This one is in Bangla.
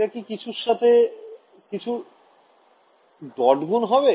এটা কি কিছুর সাথে কিছুর ডট গুণ হবে